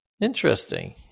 interesting